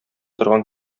торган